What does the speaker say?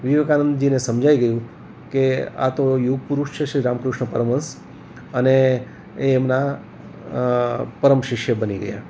વિવેકાનંદજીને સમજાઈ ગયું કે આ તો યુગ પુરુષ છે શ્રી રામકૃષ્ણ પરમહંસ અને એ એમના પરમ શિષ્ય બની ગયા